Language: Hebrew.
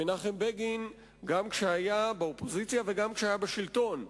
מנחם בגין, גם כשהיה באופוזיציה וגם כשהיה בשלטון,